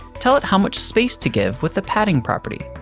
tell it how much space to give with the padding property.